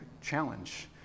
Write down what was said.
challenge